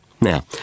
Now